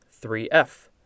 3F